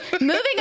moving